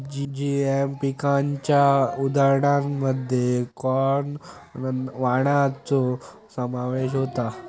GM पिकांच्या उदाहरणांमध्ये corn वाणांचो समावेश होता